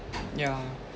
yeah